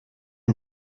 鸦片